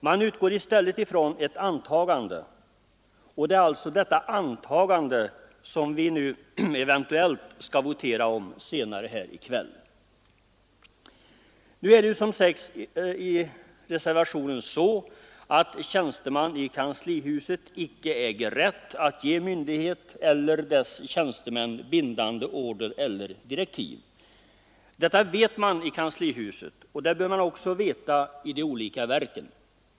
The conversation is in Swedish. Man utgår i stället från ett antagande, och det är alltså detta antagande som vi eventuellt skall votera om senare här i Nu är det, som sägs i reservationen, så att tjänsteman i kanslihuset icke äger rätt att ge myndighet eller dess tjänstemän bindande order eller direktiv. Detta vet man i kanslihuset, och det bör man också veta i de olika verken.